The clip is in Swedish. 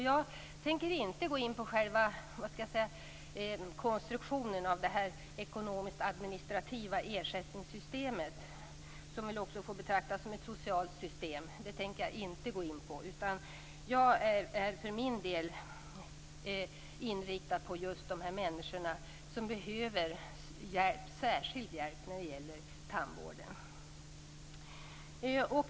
Jag tänker inte gå in på själva konstruktionen av det ekonomiskt administrativa ersättningssystemet, som väl också får betraktas som ett socialt system. Jag är för min del inriktad på just de människor som behöver särskild hjälp inom tandvården.